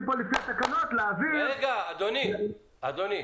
פה לפי התקנות להעביר- -- אדוני --- רגע,